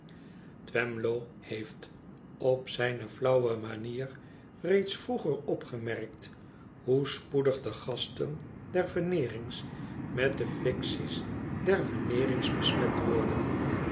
twemlow heeft op zijne flauwe manier reeds vroeger opgemerkt hoe spoedig de gasten der veneerings met de fictie s der veneenngs besmet worden